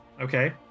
Okay